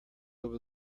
over